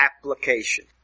application